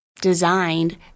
designed